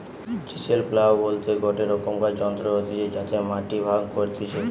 chisel plough বলতে গটে রকমকার যন্ত্র হতিছে যাতে মাটি ভাগ করতিছে